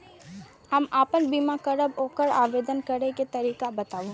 हम आपन बीमा करब ओकर आवेदन करै के तरीका बताबु?